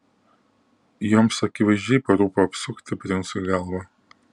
joms akivaizdžiai parūpo apsukti princui galvą